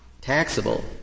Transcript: taxable